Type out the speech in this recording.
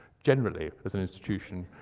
generally, as an institution,